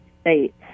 states